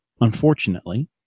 unfortunately